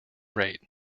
rate